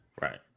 Right